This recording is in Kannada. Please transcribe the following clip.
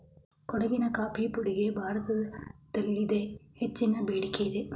ಕೊಡಗಿನ ಕಾಫಿ ಪುಡಿಗೆ ಭಾರತದಲ್ಲಿದೆ ಹೆಚ್ಚಿನ ಬೇಡಿಕೆಯಿದೆ